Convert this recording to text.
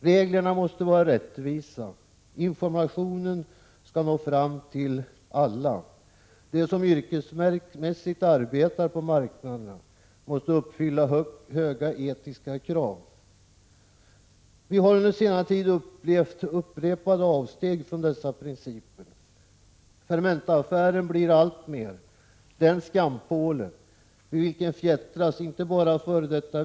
Reglerna måste vara rättvisa, informationen skall nå fram till alla. De som yrkesmässigt arbetar på marknaderna måste uppfylla högt ställda etiska krav. Vi har under senare tid upplevt upprepade avsteg från dessa principer. Fermentaaffären blir alltmer den skampåle vid vilken fjättras inte bara f. d.